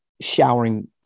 showering